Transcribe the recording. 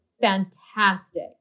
fantastic